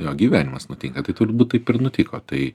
jo gyvenimas nutinka tai turbūt taip ir nutiko tai